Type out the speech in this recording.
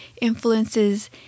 influences